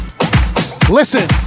Listen